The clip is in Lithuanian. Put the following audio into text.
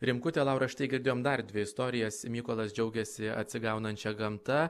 rimkutė laura štai girdėjom dar dvi istorijas mykolas džiaugiasi atsigaunančia gamta